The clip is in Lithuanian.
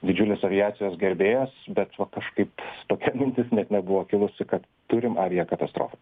didžiulis aviacijos gerbėjas bet va kažkaip tokia mintis net nebuvo kilusi kad turim aviakatastrofą